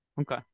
Okay